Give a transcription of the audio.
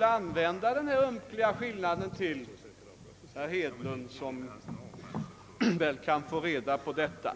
då använda denna »ömkliga skillnad» till. Jo — herr Hedlund kan få reda på detta.